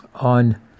on